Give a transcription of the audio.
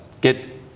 get